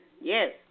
Yes